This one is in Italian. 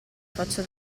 faccia